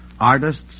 artists